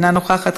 אינה נוכחת.